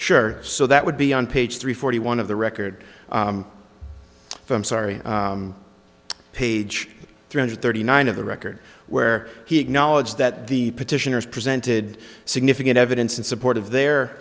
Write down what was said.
sure so that would be on page three forty one of the record i'm sorry page three hundred thirty nine of the record where he acknowledged that the petitioners presented significant evidence in support of their